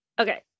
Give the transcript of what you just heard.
Okay